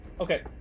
Okay